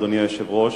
אדוני היושב-ראש,